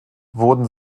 wurden